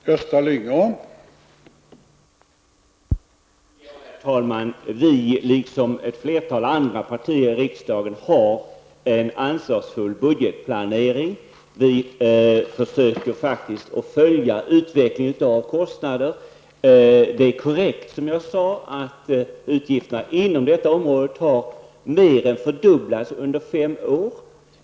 Herr talman! Vi, liksom flertalet andra partier i riksdagen, har en ansvarsfull budgetplanering. Vi försöker faktiskt att följa kostnadsutvecklingen. Det är korrekt som jag sade att utgifterna på detta område har mer än fördubblats på fem år.